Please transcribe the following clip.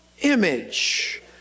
image